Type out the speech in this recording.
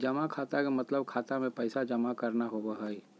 जमा खाता के मतलब खाता मे पैसा जमा करना होवो हय